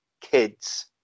kids